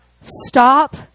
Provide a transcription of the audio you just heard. stop